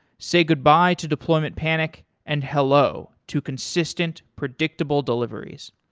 say goodbye to deployment panic and hello to consistent, predictable deliveries.